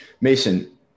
Mason